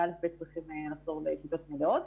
וא'-ב' צריכים לחזור לכיתות מלאות.